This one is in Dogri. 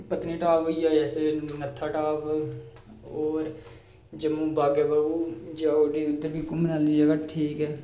पत्नीटॉप होइया जैसे नत्थाटॉप होर जम्मू बाग ए बाहु जां उद्धर बी घुम्मने आह्ली जगह ठीक ऐ